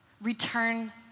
Return